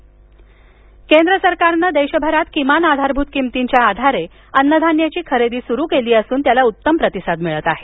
खरीप केंद्र सरकारनं देशभरात किमान आधारभूत किमतींच्या आधारे अन्नधान्याची खरेदी सुरू केली असून त्याला उत्तम प्रतिसाद मिळत आहे